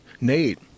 Nate